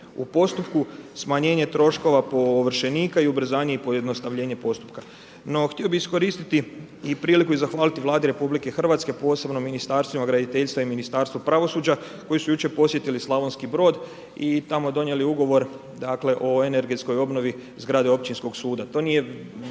u postupku, smanjenje troškova po ovršenika i ubrzanje i pojednostavljenje postupka. No, htio bih iskoristiti i priliku i zahvaliti Vladi RH, posebno ministarstvima graditeljstva i Ministarstvu pravosuđa koji su jučer posjetili Slavonski Brod i tamo donijeli ugovor dakle i energetskoj obnovi zgrade općinskog suda. To nije